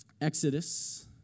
Exodus